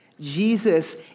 Jesus